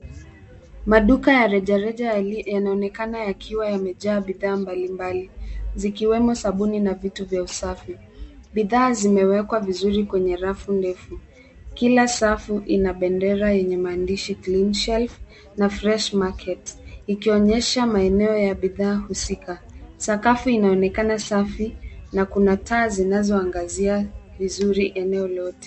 Maduka ya rejareja yanaonekana yakiwa yamejaa bidhaa mbalimbali, zikiwemo sabuni na vitu vya usafi. Bidhaa zimewekwa vizuri kwenye rafu ndefu. Kila safu ina bendera yenye maandishi Clean Shelf na fresh market , ikionyesha maeneo ya bidhaa husika. Sakafu inaonekana safi na kuna taa zinazo angazia vizuri eneo lote.